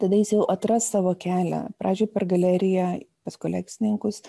tada jis jau atras savo kelią pradžioj per galeriją pas kolekcininkus